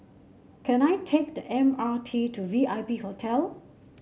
can I take the M R T to V I P Hotel